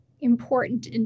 important